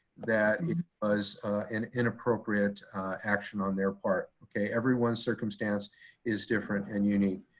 that it was an inappropriate action on their part, okay? everyone's circumstance is different and unique,